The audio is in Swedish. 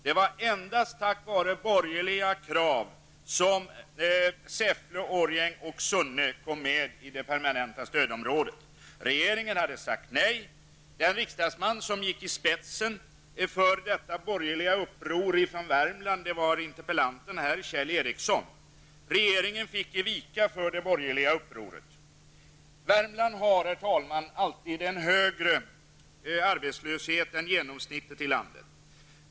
Det var endast tack vare borgerliga krav som Säffle, Årjäng och Sunne kom med i det permanenta stödområdet. Regeringen hade sagt nej. Den riksdagsman som gick i spetsen för detta borgerliga uppror från Värmland var interpellanten i den här debatten, Kjell Ericsson. Regeringen fick ge vika för det borgerliga upproret. Värmland har alltid större arbetslöshet än genomsnittet i landet.